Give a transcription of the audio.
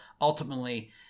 ultimately